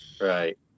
Right